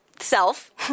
self